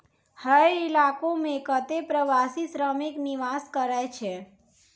हय इलाको म कत्ते प्रवासी श्रमिक निवास करै छै